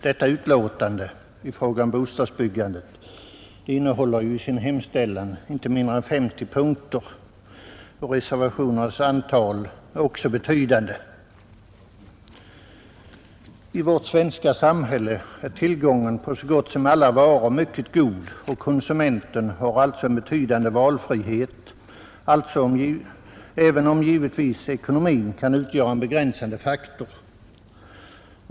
Detta betänkande som rör bostadsbyggandet innehåller i sin hem ställan inte mindre än 50 punkter, och reservationernas antal är också betydande. I vårt svenska samhälle är tillgången på nästan alla varor mycket god, och konsumenten har alltså en betydande valfrihet, även om givetvis ekonomin kan utgöra en begränsande faktor.